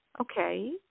okay